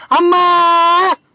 Amma